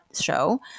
show